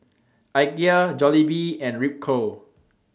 Ikea Jollibee and Ripcurl